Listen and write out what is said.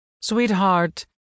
Sweetheart